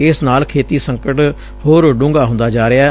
ਇਸ ਨਾਲ ਖੇਤੀ ਸੰਕਟ ਹੋਰ ਡੂੰਘਾ ਹੂੰਦਾ ਜਾ ਰਿਹੈ